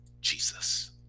Jesus